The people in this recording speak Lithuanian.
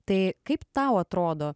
tai kaip tau atrodo